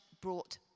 brought